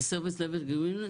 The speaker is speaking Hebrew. Service level agreement,